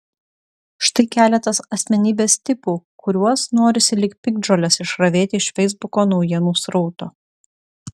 štai keletas asmenybės tipų kuriuos norisi lyg piktžoles išravėti iš feisbuko naujienų srauto